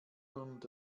und